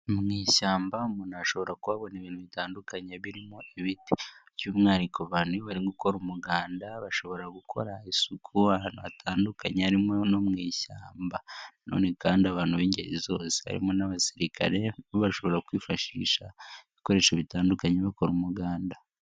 Mu ishyamba umuntu ashobora kuhabona ibintu bitandukanye birimo ibiti by'umwihariko abantu bari gukora umuganda, bashobora gukora isuku ahantu hatandukanye harimo no mu ishyamba, na none kandi abantu b'ingeri zose harimo n'abasirikare bashobora kwifashisha ibikoresho bitandukanye bakora umuganda.